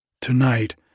Tonight